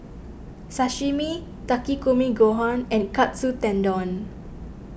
Sashimi Takikomi Gohan and Katsu Tendon